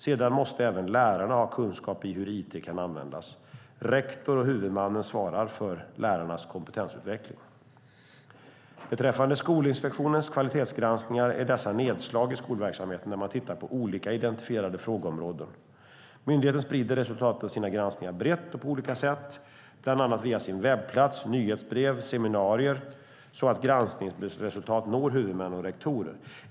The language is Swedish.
Sedan måste även lärarna ha kunskap i hur it kan användas. Rektor och huvudmannen svarar för lärarnas kompetensutveckling. Beträffande Skolinspektionens kvalitetsgranskningar är dessa nedslag i skolverksamheten där man tittar på olika identifierade frågeområden. Myndigheten sprider resultatet av sina granskningar brett och på olika sätt, bland annat via sin webbplats, nyhetsbrev och seminarier, så att granskningsresultat når huvudmän och rektorer.